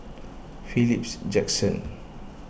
Philips Jackson